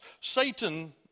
satan